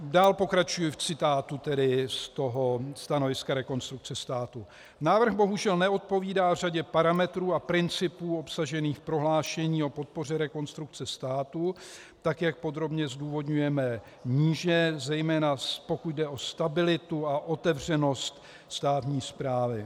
Dál pokračuji v citátu z toho stanoviska Rekonstrukce státu: Návrh bohužel neodpovídá řadě parametrů a principů obsažených v prohlášení o podpoře Rekonstrukce státu tak, jak podrobně zdůvodňujeme níže, zejména pokud jde o stabilitu a otevřenost státní správy.